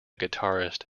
guitarist